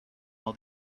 all